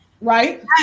right